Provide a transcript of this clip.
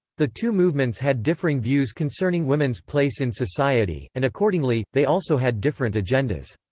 the two movements had differing views concerning women's place in society, and accordingly, they also had different agendas.